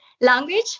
language